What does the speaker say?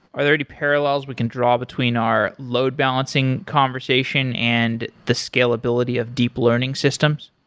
are there any parallels we can draw between our load-balancing conversation and the scalability of deep learning systems?